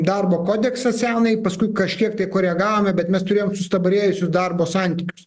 darbo kodeksą senąjį paskui kažkiek tai koregavome bet mes turėjom sustabarėjusius darbo santykius